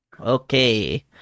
Okay